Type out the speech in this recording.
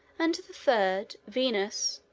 and the third, venus,